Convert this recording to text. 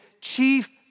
chief